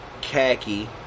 Khaki